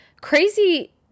crazy